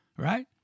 Right